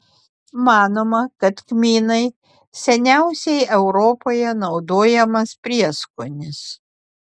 manoma kad kmynai seniausiai europoje naudojamas prieskonis